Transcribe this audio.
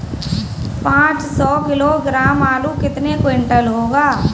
पाँच सौ किलोग्राम आलू कितने क्विंटल होगा?